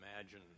imagine